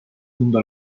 mundo